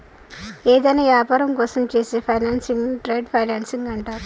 యేదైనా యాపారం కోసం చేసే ఫైనాన్సింగ్ను ట్రేడ్ ఫైనాన్స్ అంటరు